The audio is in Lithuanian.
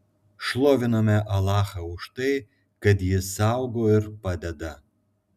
šloviname alachą už tai kad jis saugo ir padeda